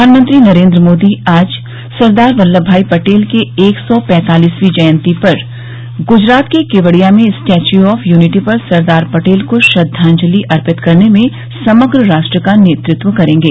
प्रधानमंत्री नरेन्द्र मोदी आज सरदार बल्लभ भाई पटेल के एक सौ पैंतालिसवीं जयंती पर ग्जरात के केवड़िया में स्टैच्यू ऑफ यूनिटी पर सरदार पटेल को श्रद्वाजलि अर्पित करने में समग्र राष्ट्र का नेतृत्व करेंगे